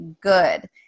good